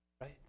Right